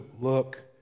look